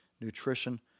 nutrition